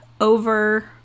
over